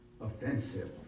offensive